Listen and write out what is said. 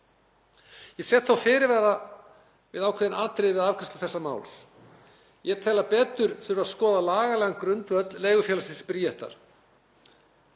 Ég set þó fyrirvara við ákveðin atriði við afgreiðslu þessa máls. Ég tel að betur þurfi að skoða lagalegan grundvöll leigufélagsins Bríetar.